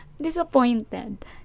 Disappointed